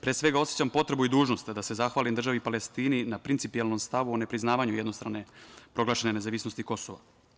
Pre svega, osećam potrebu i dužnost da se zahvalim državi Palestini na principijelnom stavu o ne priznavanju jednostrane proglašene nezavisnosti Kosova.